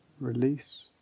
release